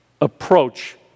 approach